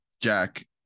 Jack